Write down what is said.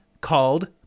called